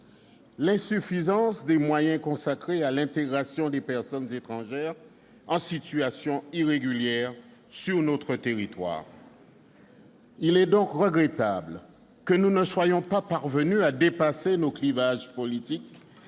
l'insuffisance des moyens consacrés à l'intégration des personnes étrangères en situation régulière sur notre territoire. Il est donc regrettable que nous ne soyons pas parvenus à dépasser nos clivages politiques,